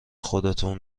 خودتون